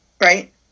right